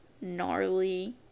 gnarly